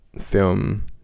film